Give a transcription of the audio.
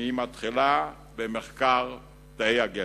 והיא מתחילה במחקר תאי הגזע.